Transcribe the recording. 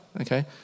Okay